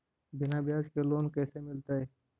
बिना ब्याज के लोन कैसे मिलतै?